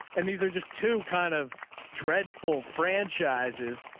and these are just two kind of dreadful franchises.